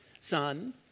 son